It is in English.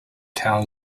town